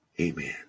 Amen